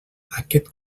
aquest